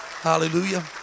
Hallelujah